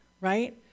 right